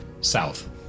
South